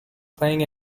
playing